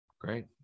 Great